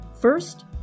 First